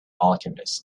alchemist